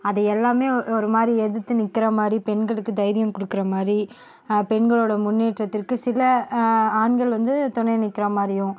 அதை எல்லாமே ஒரு மாதிரி எதுர்த்து நிற்கிற மாதிரி பெண்களுக்கு தைரியம் கொடுக்குற மாதிரி பெண்களோட முன்னேற்றத்திற்கு சில ஆண்கள் வந்து துணை நிற்கிற மாதிரியும்